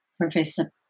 Professor